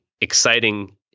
exciting